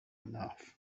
enough